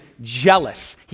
jealous